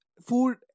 food